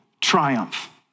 triumph